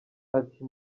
ati